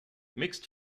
mixed